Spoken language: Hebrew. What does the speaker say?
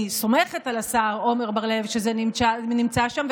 אני סומכת על השר עמר בר לב שזה נמצא שם,